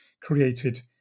created